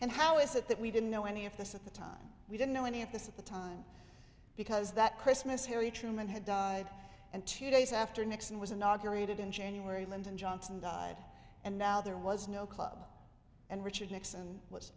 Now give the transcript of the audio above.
and how is it that we didn't know any of this at the time we didn't know any of this at the time because that christmas harry truman had died and two days after nixon was inaugurated in january lyndon johnson died and now there was no club and richard nixon was